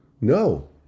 No